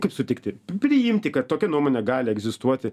kaip sutikti priimti kad tokia nuomonė gali egzistuoti